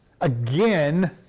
again